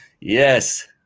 Yes